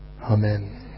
Amen